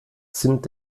sind